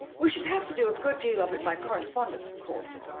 we should have to do a good deal of it by correspondence, of course.